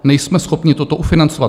Nejsme schopni toto ufinancovat.